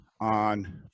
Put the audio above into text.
on